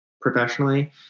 professionally